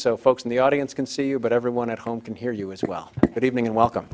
so folks in the audience can see you but everyone at home can hear you as well that evening and welcome